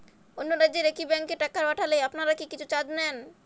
অন্য রাজ্যের একি ব্যাংক এ টাকা পাঠালে আপনারা কী কিছু চার্জ নেন?